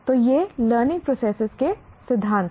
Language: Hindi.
तो ये लर्निंग प्रोसेस के सिद्धांत हैं